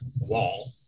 wall